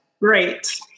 great